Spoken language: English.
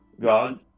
God